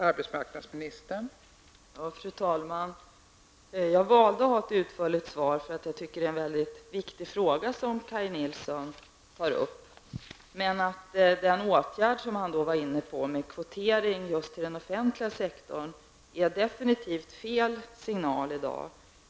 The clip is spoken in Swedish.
Fru talman! Jag valde att ge ett utförligt svar, eftersom jag tycker att det är en mycket viktig fråga som Kaj Nilsson tar upp. Men den åtgärd som han föreslår med kvotering inom den offentliga sektorn är absolut fel signal i dag.